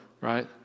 right